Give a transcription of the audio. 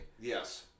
Yes